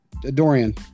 Dorian